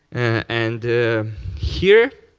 and here,